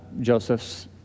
Joseph's